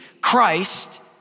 Christ